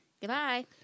Goodbye